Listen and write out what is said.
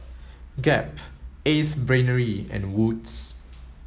Gap Ace Brainery and Wood's